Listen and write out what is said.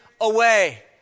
away